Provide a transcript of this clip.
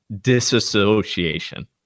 disassociation